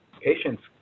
Patients